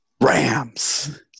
Rams